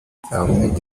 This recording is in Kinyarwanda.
ahmed